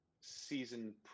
season